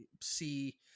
see